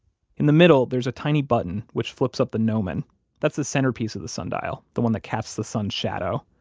in the middle there's a tiny button which flips up the gnomon that's the centerpiece of the sundial, the one the casts the sun's shadow.